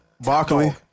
Barkley